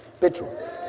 petrol